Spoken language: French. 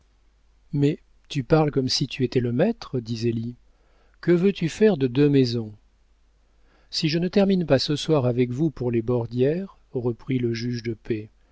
mais tu parles comme si tu étais le maître dit zélie que veux-tu faire de deux maisons si je ne termine pas ce soir avec vous pour les bordières reprit le juge de paix